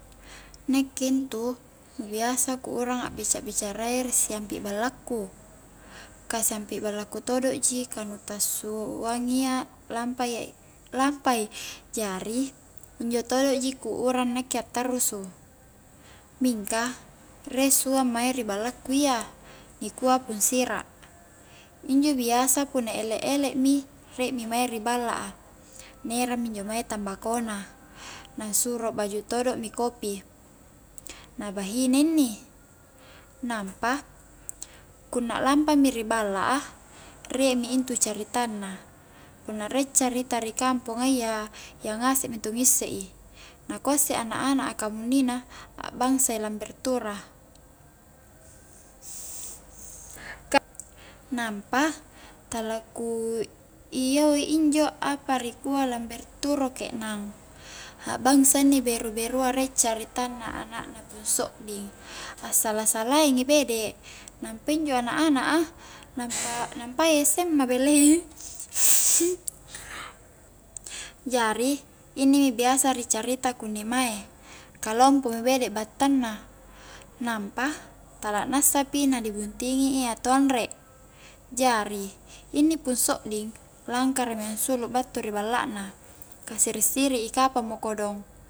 Nakke intu nu biasa ku urang a'bicara-bicarayya ri siampi ballaku ka siampi ballaku todo ji, ka nu ta suangiya lampay-lampai jari injo todo ji ku urang nakke a'tarrusu mingka rie suang mae ri ballaku iya nikua pung sira', injo biasa punna ele'-ele' mi rie mi mae ri balla a na erang mi injo mae tambako na na suro baju todo mi kopi na bahine inni, nampa kunna lampa mi ri balla a rie mintu caritanna, punna rie carita ri kampongayya iya ngasek mintu ngisse i nakua isse ana'-ana' a kamunnina a'bangsai lamber turah nampa tala ku iyoi injo apa rikua lamber turo ke'nang a'bangsa inni beru-berua riek caritanna anak na pung sodding assala-salaeng i bede nampa injo ana'-ana' a nampa nampai sma belei jari inni mi biasa ri carita kunni mae, ka lompo mi bede' battang na nampa tala nassapi na dibuntingi i atau anre jari inni pung sodding langkara mi ansulu battu ri balla na ka sir'siri'i kapang o kodong